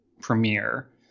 premiere